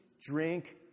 drink